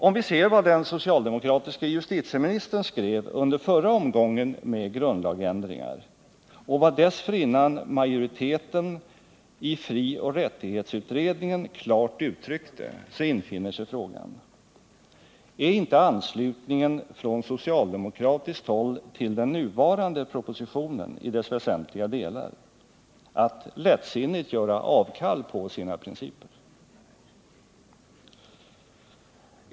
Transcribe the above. Om vi ser vad den socialdemokratiska justitieministern skrev under förra omgången med grundlagsändringar och vad dessförinnan majoriteten i frioch rättighetsutredningen klart uttryckte inställer sig frågan: Är inte anslutningen från socialdemokratiskt håll till den nuvarande propositionen i dess väsentliga delar att lättsinnigt avvika från sina principer?